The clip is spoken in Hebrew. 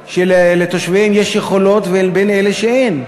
שלתושביהם יש יכולות ובין אלה שאין להם.